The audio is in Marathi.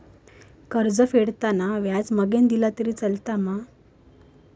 कर्ज फेडताना व्याज मगेन दिला तरी चलात मा?